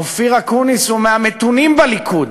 אופיר אקוניס הוא מהמתונים בליכוד.